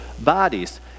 bodies